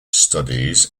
studies